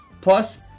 Plus